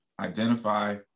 identify